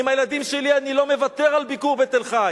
עם הילדים שלי אני לא מוותר על ביקור בתל-חי,